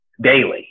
daily